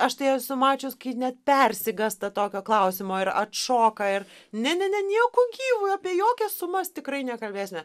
aš tai esu mačius net persigąsta tokio klausimo ir atšoka ir ne ne ne nieku gyvu apie jokias sumas tikrai nekalbėsime